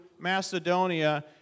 Macedonia